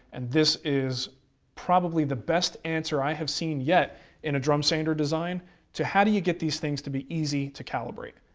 and this is probably the best answer i have seen yet in a drum sander design to how do you get these things to be easy to calibrate.